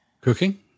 cooking